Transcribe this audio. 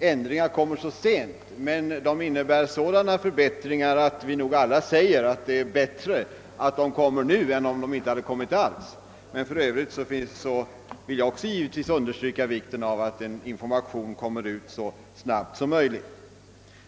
ändringar kommer så sent, men de innebär sådana förbättringar, att vi nog alla tycker att det är bättre att de kommer nu än att de inte kommit alls. Men jag vill givetvis också understryka vikten av att en information kommer ut så snabbt som möjligt.